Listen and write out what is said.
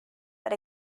but